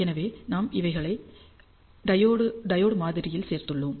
எனவே நாம் இவைகளை டையோடு மாதிரியில் சேர்த்துள்ளோம்